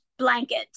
blanket